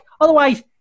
Otherwise